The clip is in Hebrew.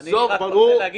עודד, תן לי להמשיך.